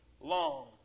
long